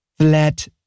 Flat